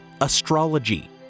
astrology